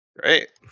Great